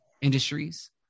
Industries